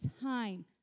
time